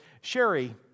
Sherry